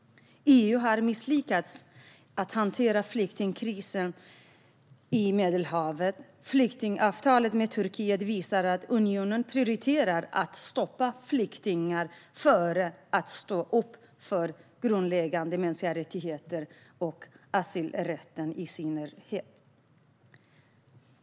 EU har misslyckats med att hantera flyktingkrisen i Medelhavet. Flyktingavtalet med Turkiet visar att unionen prioriterar att stoppa flyktingar framför att stå upp för grundläggande mänskliga rättigheter, i synnerhet asylrätten.